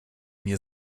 nie